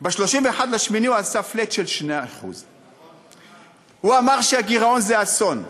ב-31 באוגוסט הוא עשה flat של 2%. הוא אמר שהגירעון זה אסון.